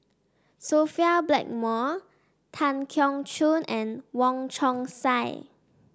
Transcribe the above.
Sophia Blackmore Tan Keong Choon and Wong Chong Sai